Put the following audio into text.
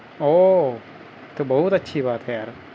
او تو بہت اچھی بات ہے یار